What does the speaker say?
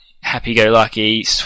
happy-go-lucky